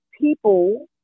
people